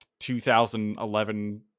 2011